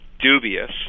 dubious